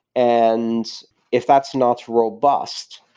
and if that's not robust,